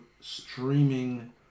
streaming